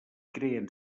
creen